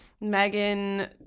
Megan